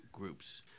groups